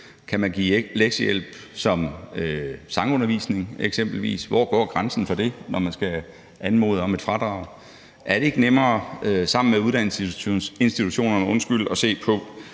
Kan man give lektiehjælp som sangundervisning eksempelvis? Hvor går grænsen for det, når man skal anmode om et fradrag? Er det ikke nemmere sammen med uddannelsesinstitutionerne at se på,